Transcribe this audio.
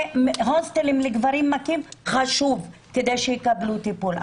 הוסטלים לגברים מכים חשוב כדי שיקבלו טיפול,